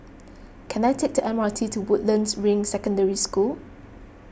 can I take the M R T to Woodlands Ring Secondary School